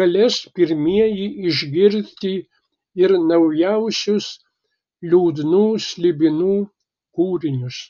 galės pirmieji išgirsti ir naujausius liūdnų slibinų kūrinius